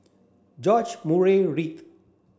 George Murray Reith